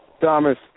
Thomas